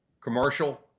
commercial